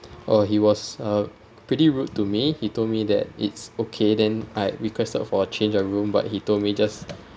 oh he was uh pretty rude to me he told me that it's okay then I requested for a change of room but he told me just